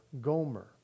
Gomer